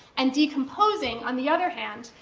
and decomposing on the other hand,